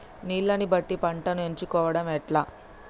నీళ్లని బట్టి పంటను ఎంచుకోవడం ఎట్లా?